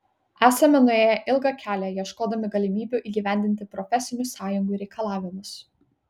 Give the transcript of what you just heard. esame nuėję ilgą kelią ieškodami galimybių įgyvendinti profesinių sąjungų reikalavimus